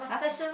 !huh!